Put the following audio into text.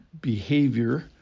behavior